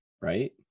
right